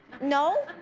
No